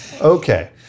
Okay